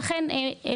ולאחר מכן,